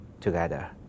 together